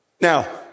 Now